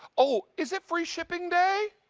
oh, is it free shipping day?